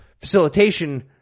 facilitation